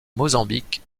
mozambique